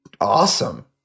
awesome